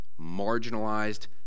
marginalized